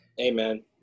Amen